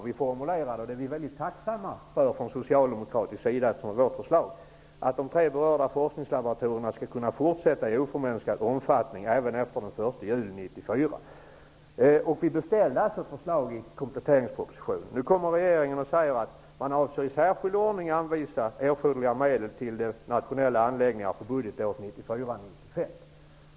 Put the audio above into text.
Vi är tacksamma för att det socialdemokratiska förslaget har lett till att de tre berörda forskningslaboratorierna skall få fortsätta att arbeta i oförminskad omfattning även efter den 1 juni 1994. Vi beställde förslag i kompletteringspropositionen. Nu säger regeringen att det har i särskild ordning anvisats erforderliga medel till nationella anläggningar för budgetåret 1994/95.